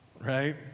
right